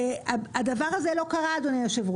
לא קרה.